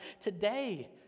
today